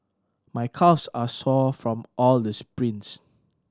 my calves are sore from all the sprints